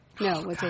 No